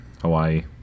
Hawaii